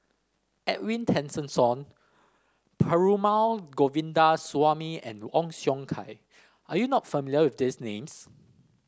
Edwin Tessensohn Perumal Govindaswamy and Ong Siong Kai are you not familiar with these names